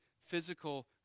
physical